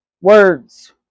words